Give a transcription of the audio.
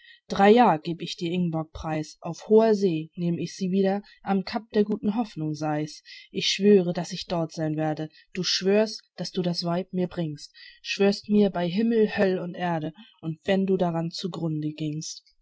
jahr geb ich dir ingborg preis auf hoher see nehm ich sie wieder am cap der guten hoffnung sei's ich schwöre daß ich dort sein werde du schwörst daß du das weib mir bringst schwörst mir bei himmel höll und erde und wenn du dran zu grunde gingst